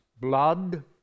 blood